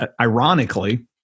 ironically